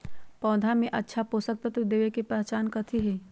पौधा में अच्छा पोषक तत्व देवे के पहचान कथी हई?